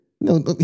No